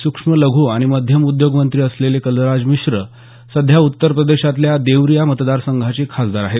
सुक्ष्म लघू आणि मध्यम उद्योग मंत्री असलेले कलराज मिश्र सध्या उत्तरप्रदेशातल्या देवरिया मतदार संघाचे खासदार आहेत